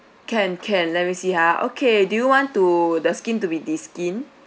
can can let me see ha okay do you want to the skin to be deskinned